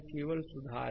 तो यह केवल सुधार है